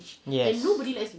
yes